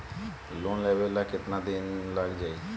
Loan लेबे ला कितना दिन लाग जाई?